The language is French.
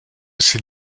ces